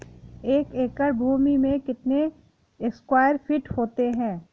एक एकड़ भूमि में कितने स्क्वायर फिट होते हैं?